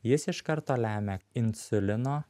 jis iš karto lemia insulino